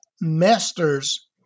masters